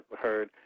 heard